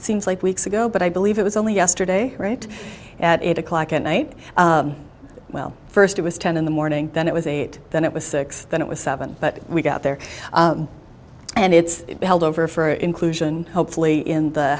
it seems like weeks ago but i believe it was only yesterday right at eight o'clock at night well first it was ten in the morning then it was eight then it was six then it was seven but we got there and it's held over for inclusion hopefully in the